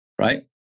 right